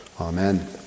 Amen